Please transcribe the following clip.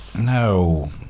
No